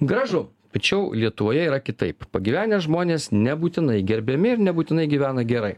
gražu tačiau lietuvoje yra kitaip pagyvenę žmonės nebūtinai gerbiami ir nebūtinai gyvena gerai